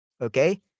Okay